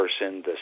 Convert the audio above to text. person